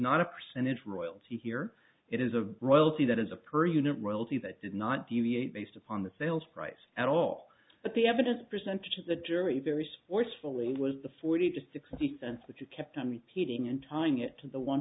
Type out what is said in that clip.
not a percentage royalty here it is a royalty that is a per unit royalty that did not deviate based upon the sales price at all but the evidence presented to the jury very forcefully was the forty to sixty cents that you kept on repeating in tying it to the one